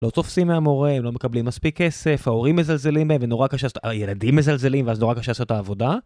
לא תופסים מהמורה, הם לא מקבלים מספיק כסף, ההורים מזלזלים מהם ונורא קשה... הילדים מזלזלים ואז נורא קשה לעשות את העבודה.